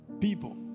people